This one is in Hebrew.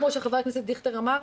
כמו שחבר הכנסת דיכטר אמר,